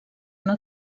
una